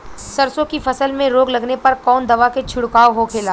सरसों की फसल में रोग लगने पर कौन दवा के छिड़काव होखेला?